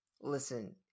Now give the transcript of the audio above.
listen